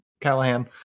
Callahan